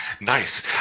Nice